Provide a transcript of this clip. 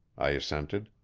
i assented.